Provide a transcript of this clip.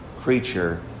creature